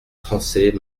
français